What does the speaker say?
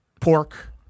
pork